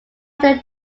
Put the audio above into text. have